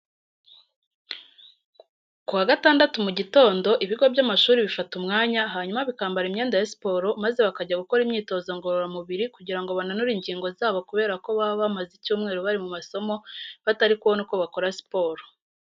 Ku wa gatandatu mu gitondo ibigo by'amashuri bifata umwanya, hanyuma bikambara imyenda ya siporo maze bakajya gukora imyitozo ngororamubiri kugira ngo bananure ingingo zabo kubera ko baba bamaze icyumweru bari mu masomo, batari kubona uko bakora siporo.